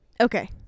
Okay